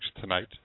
tonight